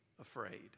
afraid